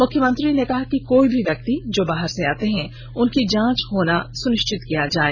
मुख्यमंत्री ने कहा कि कोई भी व्यक्ति जो बाहर से आते हैं उनका जांच होना सुनिश्चित किया जाए